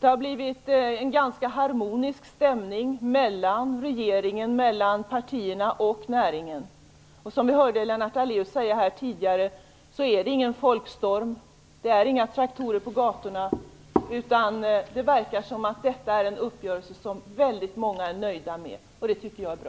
Det har blivit en ganska harmonisk stämning mellan regeringen, partierna och näringen. Som Lennart Daléus sade här tidigare finns det ingen folkstorm och det är inga traktorer på gatorna. Det verkar som om detta är en uppgörelse som väldigt många är nöjda med, och det tycker jag är bra.